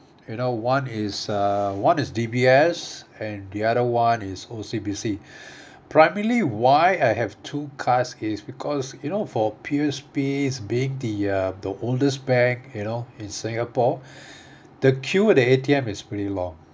you know one is uh one is D_B_s and the other one is O_C_B_C primarily why I have two cards is because you know for P_O_S_B is being the uh the oldest bank you know in singapore the queue at A_T_M is pretty long